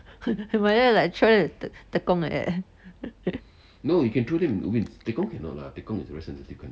but then like travelling to tekong like that